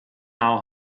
now